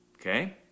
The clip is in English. Okay